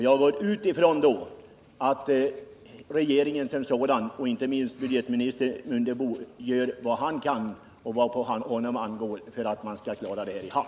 Jag utgår då ifrån att regeringen och inte minst budgetminister Mundebo gör vad på dem ankommer för att föra detta i hamn.